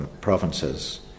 provinces